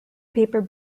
paper